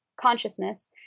consciousness